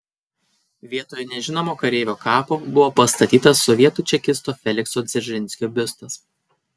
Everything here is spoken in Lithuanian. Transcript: vietoje nežinomo kareivio kapo buvo pastatytas sovietų čekisto felikso dzeržinskio biustas